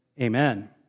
Amen